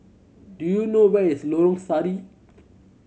do you know where is Lorong Sari